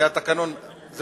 זה התקנון, זה